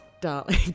Darling